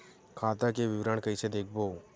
खाता के विवरण कइसे देखबो?